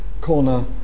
corner